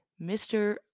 Mr